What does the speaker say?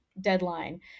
deadline